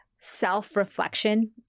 self-reflection